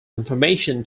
information